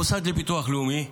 המוסד לביטוח לאומי,